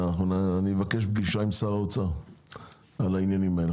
אני אבקש פגישה עם שר האוצר על העניינים האלה.